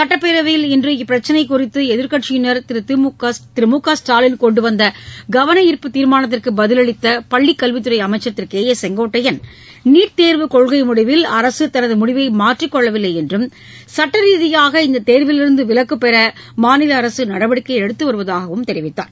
சுட்டப்பேரவையில் இன்று இப்பிரச்சினை குறித்து எதிர்க்கட்சியினர் திரு மு க ஸ்டாலின் கொண்டுவந்த கவனார்ப்பு தீர்மானத்திற்கு பதிலளித்த பள்ளி கல்வித்துறை அமைச்சர் திரு கே ஏ செங்கோட்டையள் நீட்தேர்வு கொள்கை முடிவில் அரசு தனது முடிவை மாற்றிக் கொள்ளவில்லை என்றும் சட்டரீதியாக இந்தத் தேர்விலிருந்து விலக்கு பெற மாநில அரசு நடவடிக்கை எடுத்து வருவதாகவும் தெரிவித்தார்